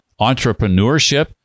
entrepreneurship